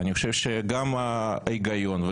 גם ההיגיון,